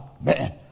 man